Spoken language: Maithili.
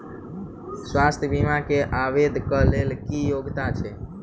स्वास्थ्य बीमा केँ आवेदन कऽ लेल की योग्यता छै?